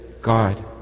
God